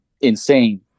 insane